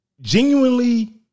genuinely